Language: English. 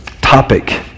topic